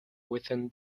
within